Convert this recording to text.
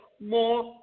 more